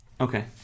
okay